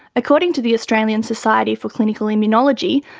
according to the australian society for clinical immunology,